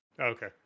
Okay